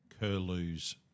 curlews